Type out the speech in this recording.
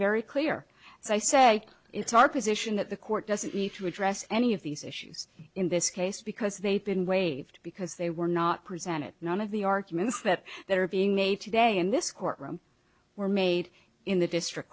very clear so i say it's our position that the court doesn't need to address any of these issues in this case because they've been waived because they were not presented none of the arguments that they're being made today in this courtroom were made in the district